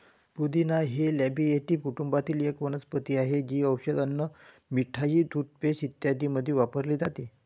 पुदिना हे लॅबिएटी कुटुंबातील एक वनस्पती आहे, जी औषधे, अन्न, मिठाई, टूथपेस्ट इत्यादींमध्ये वापरली जाते